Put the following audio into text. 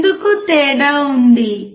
ఎందుకు తేడా ఉంది